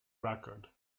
record